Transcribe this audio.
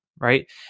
Right